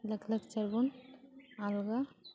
ᱞᱟᱠ ᱞᱟᱠᱪᱟᱨ ᱵᱚᱱ ᱟᱞᱜᱟ